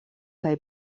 kaj